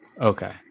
Okay